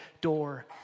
door